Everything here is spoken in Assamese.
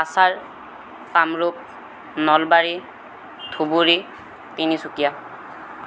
কাছাৰ কামৰূপ নলবাৰী ধুুবুৰী তিনিচুকীয়া